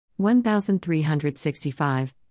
1365